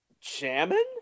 Jamming